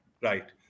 right